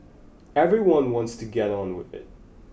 everyone wants to get on with it